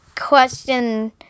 question